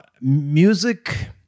Music